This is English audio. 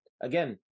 again